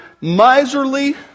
miserly